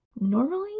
Normally